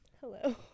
Hello